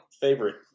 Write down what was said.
favorite